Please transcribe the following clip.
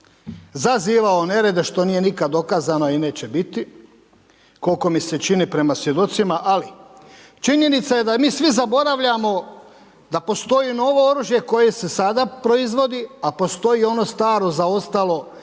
zazivao nerede što nije nikada dokazano i neće biti koliko mi se čini prema svjedocima. Ali činjenica je da mi svi zaboravljamo da postoji novo oružje koje se sada proizvodi, a postoji ono staro zaostalo